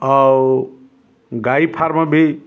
ଆଉ ଗାଈ ଫାର୍ମ ବି